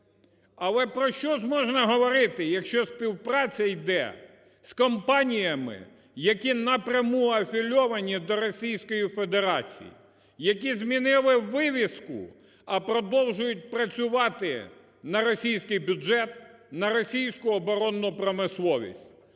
Але про що ж можна говорити, якщо співпраця йде з компаніями, які напряму афілійовані до Російської Федерації, які змінили вивіску, а продовжують працювати на російський бюджет, на російську оборонну промисловість.